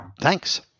Thanks